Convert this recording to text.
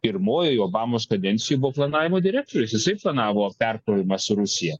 pirmojoj obamos kadencijoj buvo planavimo direktorius jisai planavo perkrovimą su rusija